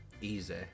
Easy